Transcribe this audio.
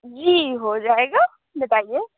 جی ہو جائے گا بتائیے